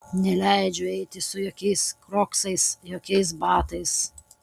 neleidžiu eiti su jokiais kroksais jokiais batais